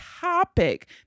topic